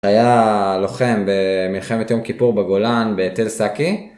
היה לוחם במלחמת יום כיפור בגולן בתל סקי.